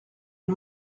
une